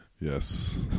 Yes